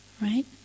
Right